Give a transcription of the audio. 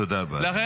תודה רבה, אדוני.